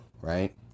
right